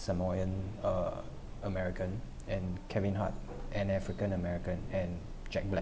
samoan uh american and kevin hart an african american and jack black